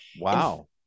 Wow